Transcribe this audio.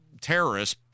terrorists